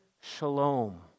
shalom